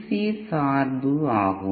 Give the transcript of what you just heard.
C சார்பு ஆகும்